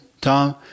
Tom